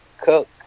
cook